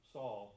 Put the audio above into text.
Saul